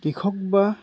কৃষক বা